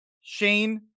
Shane